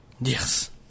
Yes